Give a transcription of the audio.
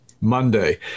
Monday